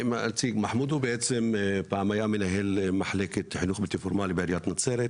מחמוד ניהל בעבר את מחלקת החינוך הבלתי פורמלי בעיריית נצרת.